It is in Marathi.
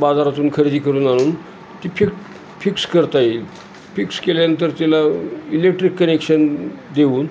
बाजारातून खरेदी करून आणून ती फिक फिक्स करता येईल फिक्स केल्यानंतर तिला इलेक्ट्रिक कनेक्शन देऊन